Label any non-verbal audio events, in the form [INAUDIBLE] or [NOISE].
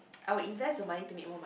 [NOISE] I would invest my money to make more mon~